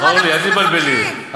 אורלי, אל תתבלבלי.